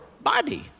body